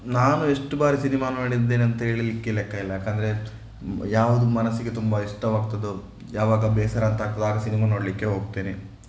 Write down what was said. ನಾನು ಎಷ್ಟು ಬಾರಿ ಸಿನಿಮಾ ನೋಡಿದ್ದೇನೆಂತ ಹೇಳಲಿಕ್ಕೆ ಲೆಕ್ಕ ಇಲ್ಲ ಯಾಕೆಂದರೆ ಯಾವುದು ಮನಸ್ಸಿಗೆ ತುಂಬ ಇಷ್ಟವಾಗ್ತದೋ ಯಾವಾಗ ಬೇಸರ ಅಂತ ಆಗ್ತದೋ ಆಗ ಸಿನಿಮಾ ನೋಡಲಿಕ್ಕೆ ಹೋಗ್ತೇನೆ